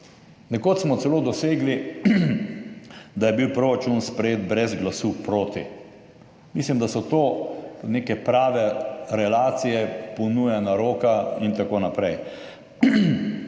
Nekoč smo celo dosegli, da je bil proračun sprejet brez glasu proti. Mislim, da so to neke prave relacije, ponujena roka in tako naprej.